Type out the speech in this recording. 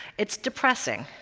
it's depressing,